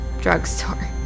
Drugstore